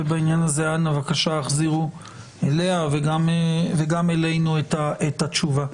ובעניין הזה אנא החזירו אליה וגם אלינו את התשובה.